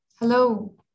Hello